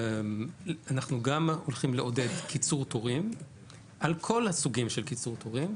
אנחנו גם הולכים לעודד קיצור תורים על כל הסוגים של קיצור תורים.